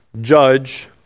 judge